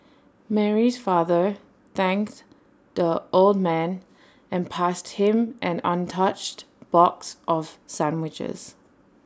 Mary's father thanked the old man and passed him an untouched box of sandwiches